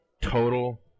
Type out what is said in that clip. total